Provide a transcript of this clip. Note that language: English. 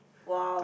wow